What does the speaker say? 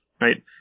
Right